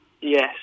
Yes